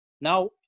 Now